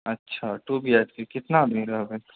अच्छा two B H K कितना दिन रहबै